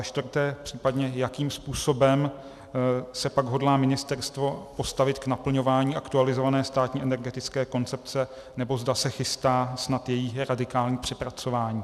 4. případně jakým způsobem se pak hodlá ministerstvo postavit k naplňování aktualizované Státní energetické koncepce, nebo zda se chystá snad její radikální přepracování.